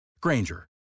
Granger